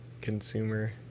Consumer